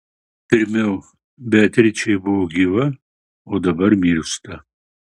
pirmiau beatričė buvo gyva o dabar miršta